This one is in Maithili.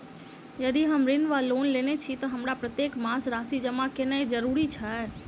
यदि हम ऋण वा लोन लेने छी तऽ हमरा प्रत्येक मास राशि जमा केनैय जरूरी छै?